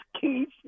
Keith